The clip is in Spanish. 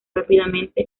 rápidamente